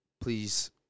Please